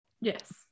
yes